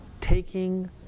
taking